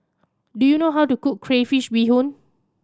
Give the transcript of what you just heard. do you know how to cook crayfish beehoon